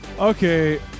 Okay